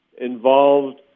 involved